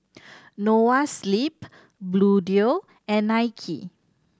Noa Sleep Bluedio and Nike